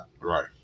right